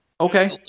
Okay